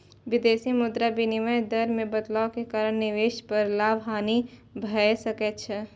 विदेशी मुद्रा विनिमय दर मे बदलाव के कारण निवेश पर लाभ, हानि भए सकै छै